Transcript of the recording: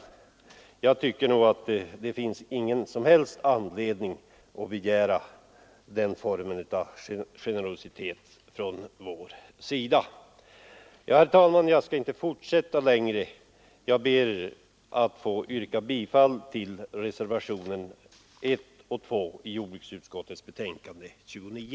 Det finns, som sagt, ingen som helst anledning att begära den formen av generositet från vår sida. Herr talman! Jag skall inte fortsätta längre utan ber att få yrka bifall till reservationerna 1 och 2 till jordbruksutskottets betänkande nr 29.